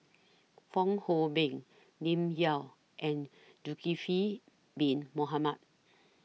Fong Hoe Beng Lim Yau and Zulkifli Bin Mohamed